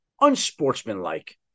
unsportsmanlike